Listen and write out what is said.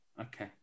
Okay